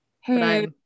Hey